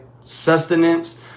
sustenance